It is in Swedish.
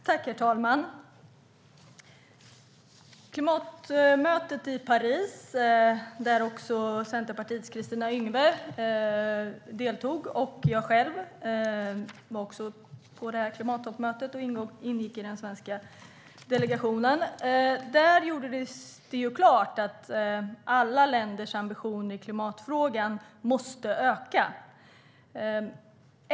Herr talman! Både Centerpartiets Kristina Yngwe och jag själv ingick i den svenska delegationen vid klimattoppmötet i Paris. Där gjordes det klart att alla länders ambition i klimatfrågan måste öka.